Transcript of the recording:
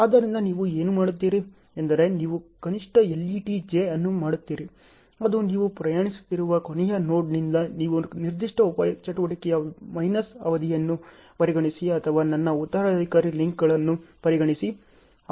ಆದ್ದರಿಂದ ನೀವು ಏನು ಮಾಡುತ್ತೀರಿ ಎಂದರೆ ನೀವು ಕನಿಷ್ಟ LET j ಅನ್ನು ಮಾಡುತ್ತೀರಿ ಅದು ನೀವು ಪ್ರಯಾಣಿಸುತ್ತಿರುವ ಕೊನೆಯ ನೋಡ್ನಿಂದ ನೀವು ನಿರ್ದಿಷ್ಟ ಉಪ ಚಟುವಟಿಕೆಯ ಮೈನಸ್ ಅವಧಿಯನ್ನು ಪರಿಗಣಿಸಿ ಅಥವಾ ನನ್ನ ಉತ್ತರಾಧಿಕಾರಿ ಲಿಂಕ್ಗಳನ್ನು ಪರಿಗಣಿಸಿ